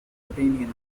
opinion